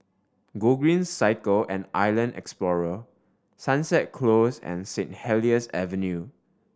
Gogreen Cycle and Island Explorer Sunset Close and Saint Helier's Avenue